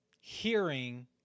hearing